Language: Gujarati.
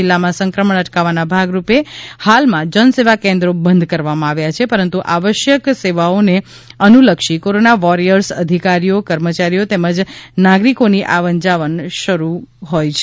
જિલ્લામાં સંક્રમણ અટકાવવાના ભાગરૂપે હાલમાં જનસેવા કેન્દ્રો બંધ કરવામાં આવ્યા છે પરંતુ આવશ્યક સેવાઓને અનુલક્ષી કોરોના વોરિયર્સ અધિકારીઓ કર્મચારીઓ તેમજ નાગરિકોની આવનજાવન શરૂ હોય છે